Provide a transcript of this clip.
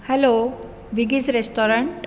hello विगीस restaurant